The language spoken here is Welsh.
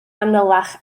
fanylach